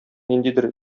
ниндидер